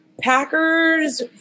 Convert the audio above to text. Packers